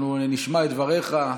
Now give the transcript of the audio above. אנחנו נשמע את דבריך.